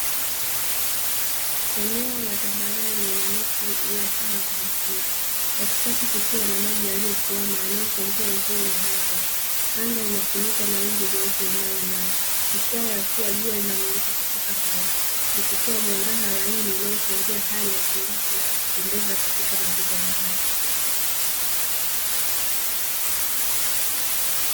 Eneo la tambarare lina miti iliyoachana kwa mafungu, katikati kukiwa na maji yaliyotuama yanayochangia uzuri wa mandhari. Anga linafunikwa na wingu jeupe linalong'aa, ishara ya kuwa jua linamulika kutoka mbali likitoa mwangaza laini unaochangia hali ya utulivu na ya kupendeza katika mazingira hayo .